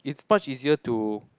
it's much easier to